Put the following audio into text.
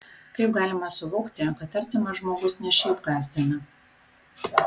kaip galima suvokti kad artimas žmogus ne šiaip gąsdina